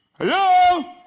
Hello